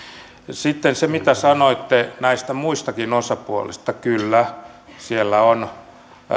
sitten se mitä sanoitte näistä muistakin osapuolista kyllä siellä on